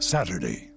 Saturday